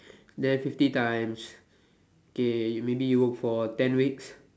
then fifty times okay maybe you work for ten weeks